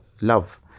love